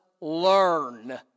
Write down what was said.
learn